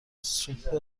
سوپ